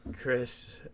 Chris